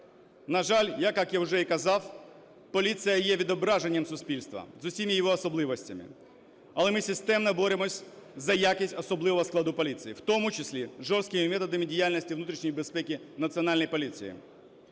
На жаль, як я уже і казав, поліція є відображенням суспільства з усіма її особливостями. Але ми системно боремося за якість особового складу поліції, в тому числі жорсткими методами діяльності внутрішньої безпеки Національної поліції.